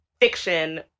fiction